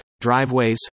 driveways